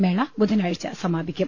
മേള ബുധനാഴ്ച സമാപിക്കും